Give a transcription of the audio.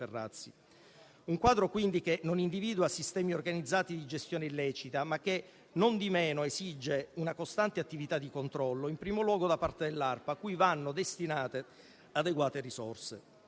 quindi, che non individua sistemi organizzati di gestione illecita, ma che, nondimeno, esige una costante attività di controllo, in primo luogo da parte dell'ARPA, cui vanno destinate adeguate risorse.